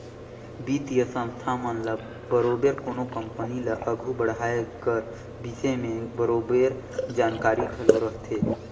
बित्तीय संस्था मन ल बरोबेर कोनो कंपनी ल आघु बढ़ाए कर बिसे में बरोबेर जानकारी घलो रहथे